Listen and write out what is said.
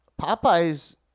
Popeye's